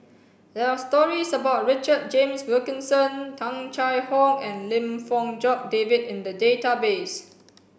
there are stories about Richard James Wilkinson Tung Chye Hong and Lim Fong Jock David in the database